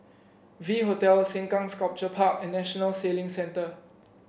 V Hotel Sengkang Sculpture Park and National Sailing Centre